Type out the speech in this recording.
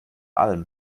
alm